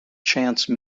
chance